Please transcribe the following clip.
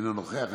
אינו נוכח,